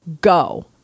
Go